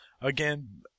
again